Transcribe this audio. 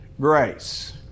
grace